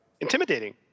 intimidating